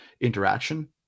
interaction